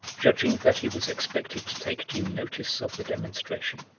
judging that he was expected to take due notice of the demonstration.